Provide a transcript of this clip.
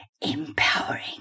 empowering